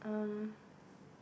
um